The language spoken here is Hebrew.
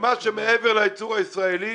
ומה שמעבר לייצור הישראלי,